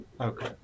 Okay